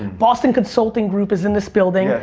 boston consulting group is in this building. ah